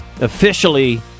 officially